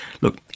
Look